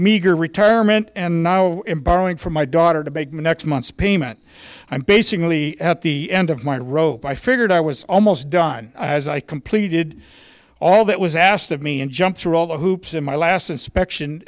meager retirement and now in borrowing from my daughter to make next month's payment i'm basically at the end of my rope i figured i was almost done as i completed all that was asked of me and jumped through all the hoops in my last inspection